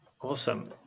Awesome